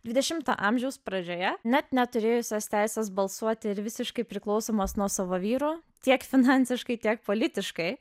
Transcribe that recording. dvidešimto amžiaus pradžioje net neturėjusios teisės balsuoti ir visiškai priklausomos nuo savo vyrų tiek finansiškai tiek politiškai